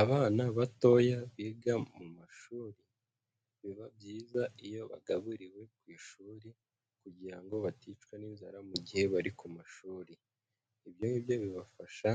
Abana batoya biga mu mashuri biba byiza iyo bagaburiwe ku ishuri kugira ngo baticwa n'inzara mu gihe bari ku mashuri, ibyo ngibyo bibafasha